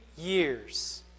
years